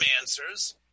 answers